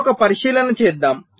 ఇప్పుడు ఒక పరిశీలన చేద్దాం